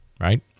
right